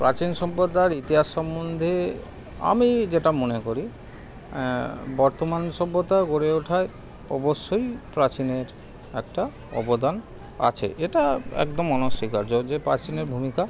প্রাচীন সভ্যতার ইতিহাস সম্বন্ধে আমি যেটা মনে করি বর্তমান সভ্যতা গড়ে ওঠায় অবশ্যই প্রাচীনের একটা অবদান আছে এটা একদম অনস্বীকার্য যে প্রাচীনের ভূমিকা